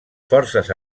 forces